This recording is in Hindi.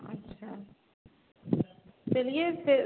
अच्छा चलिए फिर